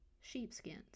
Sheepskins